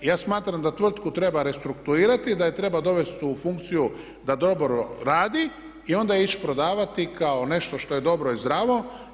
Ja smatram da tvrtku treba restrukturirati i da je treba dovesti u funkciju da dobro radi i onda je ići prodavati kao nešto što je dobro i zdravo.